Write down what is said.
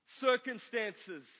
circumstances